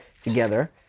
together